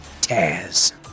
Taz